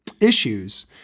issues